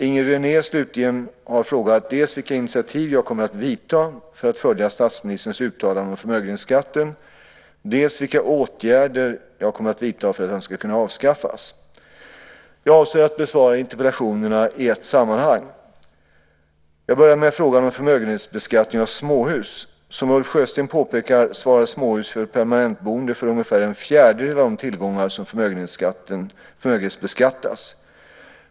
Inger René, slutligen, har frågat dels vilka initiativ jag kommer att vidta för att följa statsministerns uttalande om förmögenhetsskatten, dels vilka åtgärder jag kommer att vidta för att den ska kunna avskaffas. Jag avser att besvara interpellationerna i ett sammanhang. Jag börjar med frågan om förmögenhetsbeskattningen av småhus. Som Ulf Sjösten påpekar svarar småhus för permanentboende för ungefär en fjärdedel av de tillgångar som förmögenhetsbeskattas.